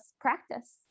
practice